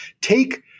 Take